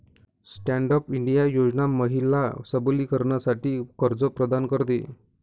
stand up India योजना महिला सबलीकरणासाठी कर्ज प्रदान करते